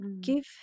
Give